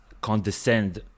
condescend